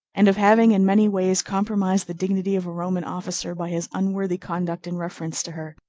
and of having in many ways compromised the dignity of a roman officer by his unworthy conduct in reference to her.